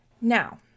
Now